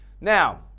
Now